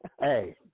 hey